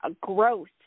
growth